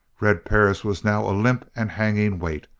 red perris was now a limp and hanging weight,